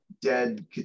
dead